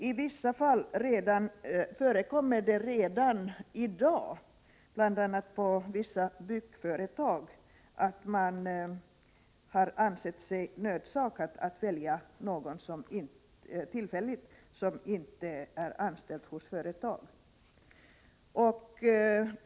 I vissa fall förekommer det redan i dag — bl.a. på vissa byggföretag — att man ansett sig nödsakad att tillfälligt välja någon som inte är anställd hos företaget.